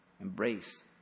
embrace